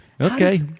Okay